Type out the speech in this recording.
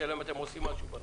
השאלה אם אתם עושים משהו בנושא.